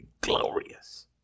glorious